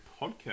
podcast